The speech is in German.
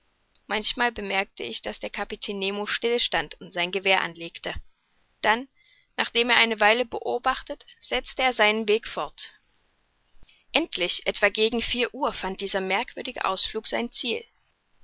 manchmal bemerkte ich daß der kapitän nemo still stand und sein gewehr anlegte dann nachdem er eine weile beobachtet setzte er seinen weg fort endlich etwa gegen vier uhr fand dieser merkwürdige ausflug sein ziel